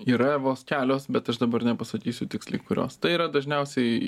yra vos kelios bet aš dabar nepasakysiu tiksliai kurios tai yra dažniausiai